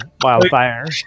Wildfire